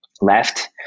Left